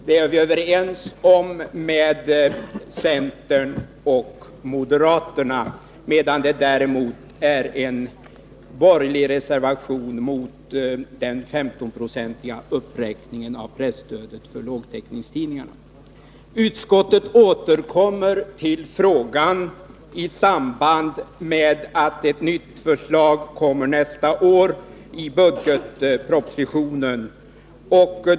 Vi är överens med centern och moderaterna om detta, medan det däremot finns en borgerlig reservation mot den 15-procentiga uppräkningen av presstödet för lågtäckningstidningar. Utskottet återkommer till frågan i samband med att ett nytt förslag läggs fram nästa år i budgetpropositionen.